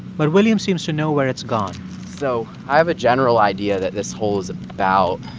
but william seems to know where it's gone so i have a general idea that this hole is about,